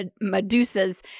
Medusa's